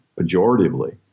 pejoratively